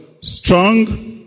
Strong